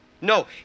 No